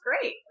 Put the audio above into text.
great